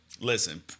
listen